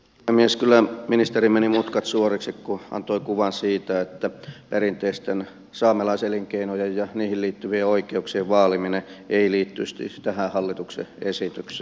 kyllä ministeri veti mutkat suoriksi kun antoi kuvan siitä että perinteisten saamelaiselinkeinojen ja niihin liittyvien oikeuksien vaaliminen ei liittyisi tähän hallituksen esitykseen